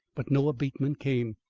but no abatement came,